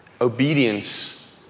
Obedience